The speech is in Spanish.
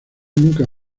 nunca